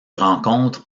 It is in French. rencontre